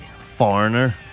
foreigner